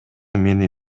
мени